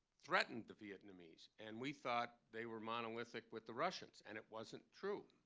threatened the vietnamese. and we thought they were monolithic with the russians, and it wasn't true.